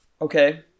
Okay